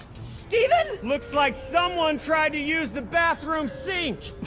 steven. looks like someone tried to use the bathroom sink.